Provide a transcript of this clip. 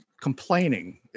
complaining